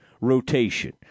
rotation